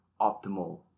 optimal